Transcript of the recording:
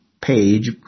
page